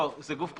זה גוף פרטי.